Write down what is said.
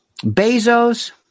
Bezos